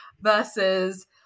versus